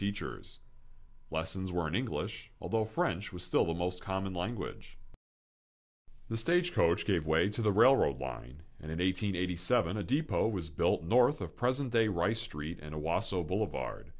teachers lessons were in english although french was still the most common language the stagecoach gave way to the railroad line and in eight hundred eighty seven a depot was built north of present day rice street and a wasso boulevard